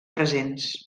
presents